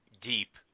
deep